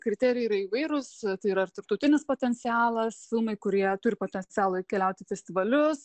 kriterijai yra įvairūs tai yra ir tarptautinis potencialas filmai kurie turi potencialo keliaut į festivalius